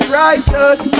righteous